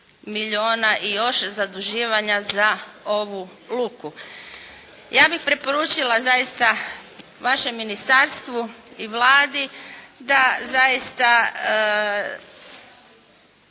i još zaduživanja za ovu luku. Ja bih preporučila zaista vašem Ministarstvu i Vlada da zaista